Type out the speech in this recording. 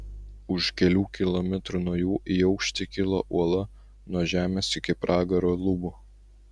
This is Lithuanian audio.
už kelių kilometrų nuo jų į aukštį kilo uola nuo žemės iki pragaro lubų